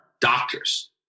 doctors